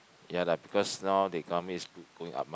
ya lah because now the economy is going up mah